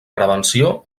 prevenció